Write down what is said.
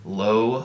low